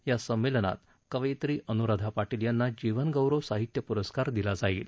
या समेंलनात कवयित्री अनुराधा पाटील यांना जीवनगौरव साहित्य पुरस्कार दिला जाईल